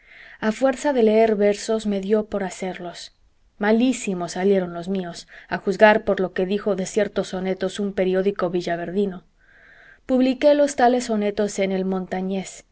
a fuerza de leer versos me dió por hacerlos malísimos salieron los míos a juzgar por lo que dijo de ciertos sonetos un periódico villaverdino publiqué los tales sonetos en el montañés